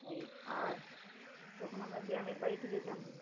এই আর যখন আমরা গ্রামের বাড়িতে যেতাম